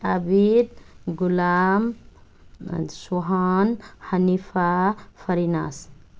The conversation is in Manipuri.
ꯑꯕꯤꯠ ꯒꯨꯂꯥꯝ ꯁꯣꯍꯥꯟ ꯍꯅꯤꯐꯥ ꯐꯔꯤꯅꯥꯁ